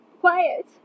Quiet